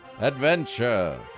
Adventure